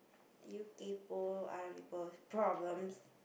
did you kaypoh other people's problems